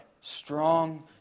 strong